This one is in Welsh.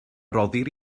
roddir